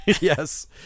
Yes